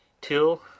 till